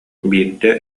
биирдэ